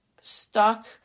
stuck